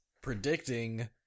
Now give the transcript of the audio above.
predicting